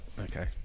okay